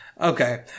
Okay